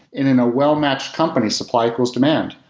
in in a well-matched company, supply grows demand.